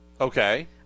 Okay